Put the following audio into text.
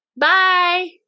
Bye